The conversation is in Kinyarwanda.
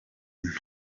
nto